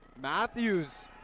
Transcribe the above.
Matthews